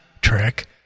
Trick